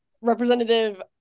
Representative